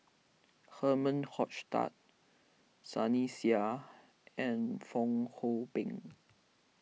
Herman Hochstadt Sunny Sia and Fong Hoe Beng